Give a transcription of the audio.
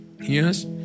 Yes